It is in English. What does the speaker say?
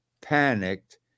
panicked